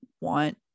want